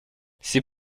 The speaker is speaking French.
c’est